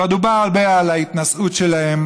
כבר דובר הרבה על ההתנשאות שלהם,